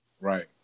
Right